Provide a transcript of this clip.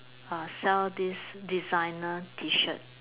uh sell this designer T-shirt